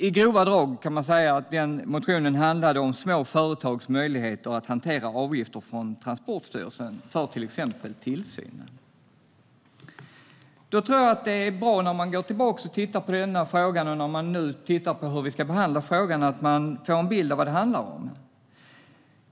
I grova drag kan man säga att den motionen handlade om små företags möjligheter att hantera avgifter från Transportstyrelsen för till exempel tillsynen. När man går tillbaka och tittar på denna fråga och diskuterar hur den ska behandlas tror jag att det är bra att man får en bild av vad det handlar om.